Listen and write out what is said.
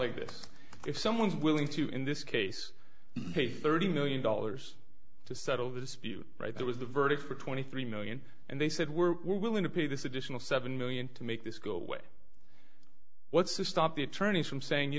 like this if someone's willing to in this case pay thirty million dollars to settle the dispute right there was the verdict for twenty three million and they said we're willing to pay this additional seven million to make this go away what's to stop the attorneys from saying you